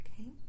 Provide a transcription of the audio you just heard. Okay